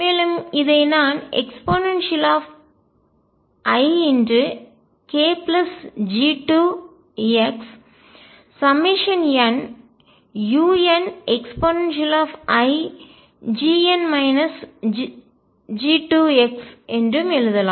மேலும் இதை நான் eikG2xnuneix என்றும் எழுதலாம்